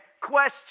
question